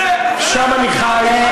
שם אני חי,